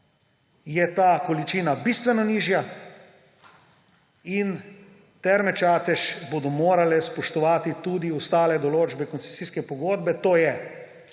je ta količina bistveno nižja in Terme Čatež bodo morale spoštovati tudi ostale določbe koncesijske pogodbe; to je,